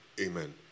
amen